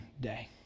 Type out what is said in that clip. day